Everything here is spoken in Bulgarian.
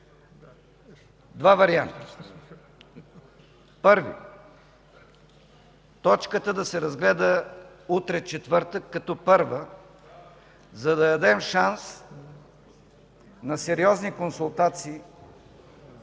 два варианта. Първи, точката да се разгледа утре, четвъртък, като първа, за да дадем шанс на сериозни консултации